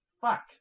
Fuck